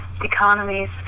economies